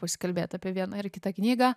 pasikalbėt apie vieną ar kitą knygą